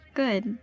good